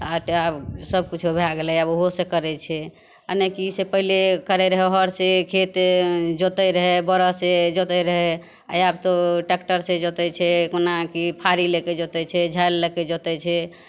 आटा सभकिछो भए गेलै आब ओहो से करै छै आने कि से पहिले करै रहै हर से खेत जोतै रहे बड़द से जोतै रहै आब तऽ टैक्टर से जोतै छै कोना की फाड़ी लेके जोतै छै झालि लऽ के जोतै छै